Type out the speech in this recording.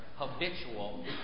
habitual